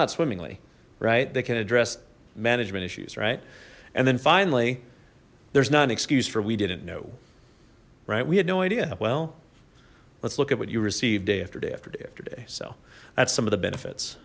not swimmingly right they can address management issues right and then finally there's not an excuse for we didn't know right we had no idea well let's look at what you received day after day after day after day so that's some of the benefits